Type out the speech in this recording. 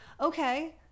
okay